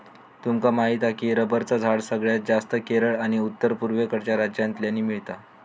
तुमका माहीत हा की रबरचा झाड सगळ्यात जास्तं केरळ आणि उत्तर पुर्वेकडच्या राज्यांतल्यानी मिळता